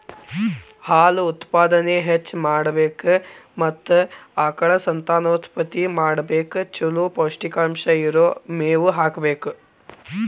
ಹಾಲು ಉತ್ಪಾದನೆ ಹೆಚ್ಚ್ ಮಾಡಾಕ ಮತ್ತ ಆಕಳ ಸಂತಾನೋತ್ಪತ್ತಿ ಮಾಡಕ್ ಚೊಲೋ ಪೌಷ್ಟಿಕಾಂಶ ಇರೋ ಮೇವು ಹಾಕಬೇಕು